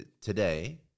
today